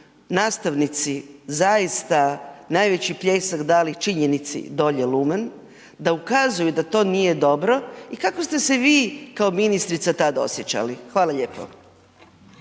nastavnici zaista najveći pljesak dali činjenici „dolje lumen“, da ukazuju da to nije dobro i kako ste se vi kao ministrica tada osjećali? Hvala lijepo.